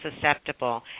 susceptible